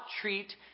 treat